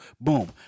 boom